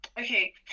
Okay